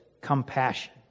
compassion